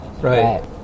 Right